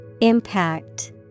Impact